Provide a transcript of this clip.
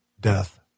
death